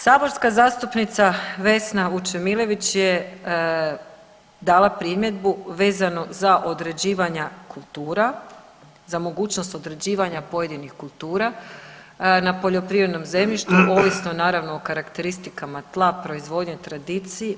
Saborska zastupnica Vesna Vučemilović je dala primjedbu vezanu za određivanja kultura, za mogućnost određivanja pojedinih kultura na poljoprivrednom zemljištu ovisno naravno o karakteristikama tla, proizvodnji, tradiciji.